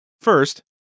First